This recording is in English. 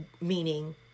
meaning